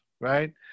right